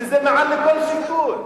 שזה מעל לכל שיקול.